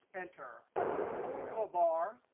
enter. up in the formula bar,